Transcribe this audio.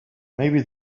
maybe